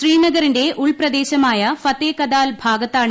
ശ്രീനഗറിന്റെ ഉൾപ്രദേശമായ ഫതെ കദാൽ ഭാഗത്താണ്